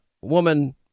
woman